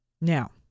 now